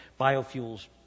biofuels